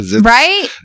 Right